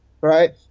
right